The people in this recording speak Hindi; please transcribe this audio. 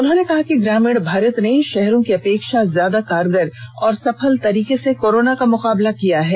उन्होंने कहा कि ग्रामीण भारत ने शहरों की अपेक्षा ज्यादा कारगर और सफल तरीके से कोरोना का मुकाबला किया है